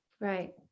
Right